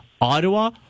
Ottawa